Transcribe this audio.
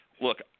look